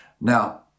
Now